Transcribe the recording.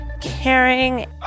Caring